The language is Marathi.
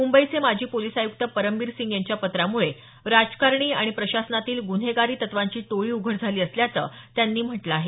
मुंबईचे माजी पोलिस आयुक्त परमबीर सिंग यांच्या पत्रामुळे राजकारणी आणि प्रशासनातील गुन्हेगारी तत्वांची टोळी उघड झाली असल्याचं त्यांनी म्हटलं आहे